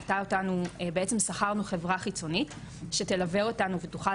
בעצם שכרנו חברה חיצונית שתלווה אותנו ותוכל